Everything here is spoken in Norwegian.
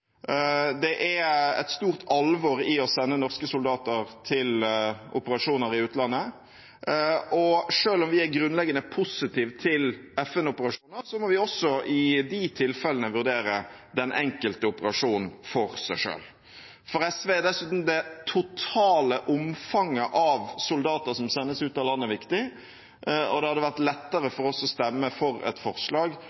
Det er et stort alvor i å sende norske soldater på operasjoner i utlandet, og selv om vi er grunnleggende positive til FN-operasjoner, må vi også i de tilfellene vurdere den enkelte operasjon for seg selv. For SV er dessuten det totale omfanget av soldater som sendes ut av landet, viktig, og det hadde vært lettere